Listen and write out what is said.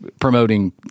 promoting